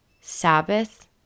sabbath